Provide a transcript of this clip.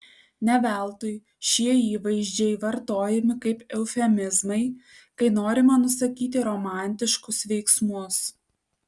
ne veltui šie įvaizdžiai vartojami kaip eufemizmai kai norima nusakyti romantiškus veiksmus